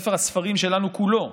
ספר הספרים שלנו כולו,